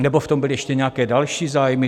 Nebo v tom byly ještě nějaké další zájmy?